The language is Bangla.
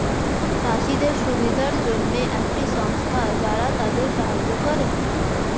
চাষীদের সুবিধার জন্যে একটি সংস্থা যারা তাদের সাহায্য করে